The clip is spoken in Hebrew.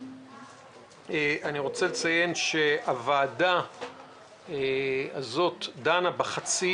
אני רוצה לציין שהוועדה הזאת דנה בחצי